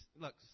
look